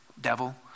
devil